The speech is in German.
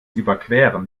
überqueren